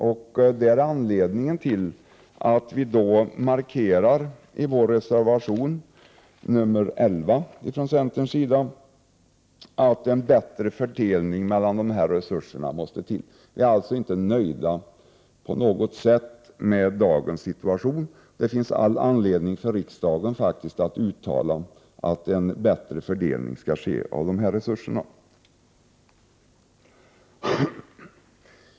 Det är också anledningen till att vi i centern i reservation 11 markerar att en bättre fördelning mellan resurserna måste till. Vi är alltså inte alls nöjda med dagens situation. Det finns faktiskt all anledning för riksdagen att uttala att det måste bli en bättre fördelning beträffande dessa resurser.